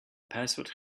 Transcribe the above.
password